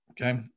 okay